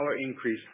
increase